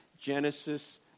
Genesis